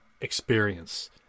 experience